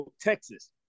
Texas